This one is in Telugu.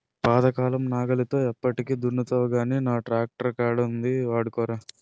పాతకాలం నాగలితో ఎప్పటికి దున్నుతావ్ గానీ నా ట్రాక్టరక్కడ ఉంది వాడుకోరా